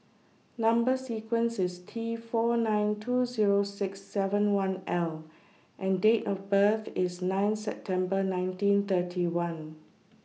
Number sequence IS T four nine two Zero six seven one L and Date of birth IS nine September nineteen thirty one